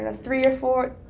ah three or four.